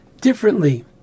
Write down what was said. differently